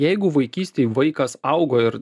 jeigu vaikystėj vaikas augo ir